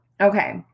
okay